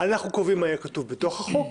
אנחנו קובעים מה יהיה כתוב בתוך החוק.